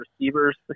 receivers